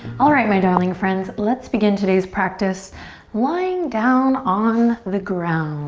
alright, my darling friends, let's begin today's practice lying down on the ground.